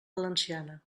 valenciana